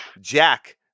Jack